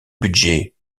budget